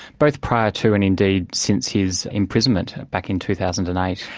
both prior to and indeed since his imprisonment back in two thousand and eight.